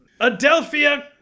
adelphia